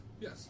Yes